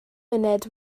munud